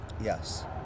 Yes